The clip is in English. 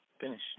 Finish